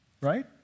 right